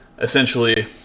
essentially